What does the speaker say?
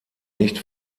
nicht